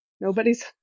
Nobody's